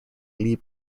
lee